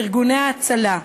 ארגוני ההצלה,